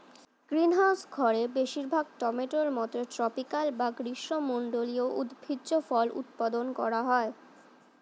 greenhouse ঘরে বেশিরভাগ টমেটোর মতো ট্রপিকাল বা গ্রীষ্মমন্ডলীয় উদ্ভিজ্জ ফল উৎপাদন করা হয়